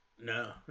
No